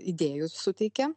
idėjų suteikia